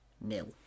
nil